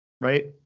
right